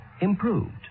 improved